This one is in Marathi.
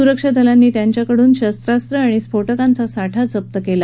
सुरक्षा दलानं त्यांच्याकडून शस्त्रास्त्र आणि स्फोटकांचा साठा जप्त केला